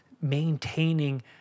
maintaining